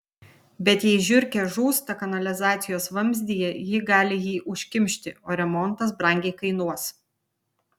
bet jei žiurkė žūsta kanalizacijos vamzdyje ji gali jį užkimšti o remontas brangiai kainuos